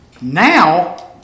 Now